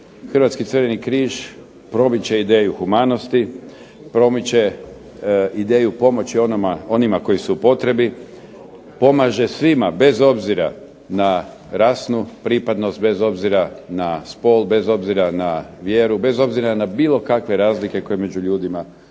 Hrvatski crveni križ promiče ideju humanosti, promiče ideju pomoći onima koji su u potrebi, pomaže svima bez obzira na rasnu pripadnost, bez obzira na spol, bez obzira na vjeru, bez obzira na bilo kakve razlike koje među ljudima postoje.